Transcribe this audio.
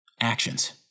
Actions